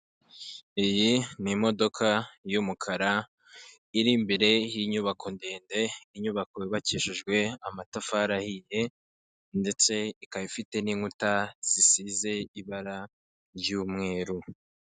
Iyi ni imodoka y'umukara, iri imbere y'inyubako ndende, inyubako yubakishijwe amatafari ahiye ndetse ikaba ifite n'inkuta zisize ibara ry'umweru.